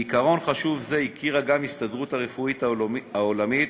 בעיקרון חשוב זה הכירה גם ההסתדרות הרפואית העולמית